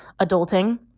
adulting